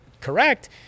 correct